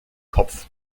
kopf